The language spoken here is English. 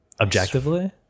Objectively